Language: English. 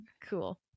cool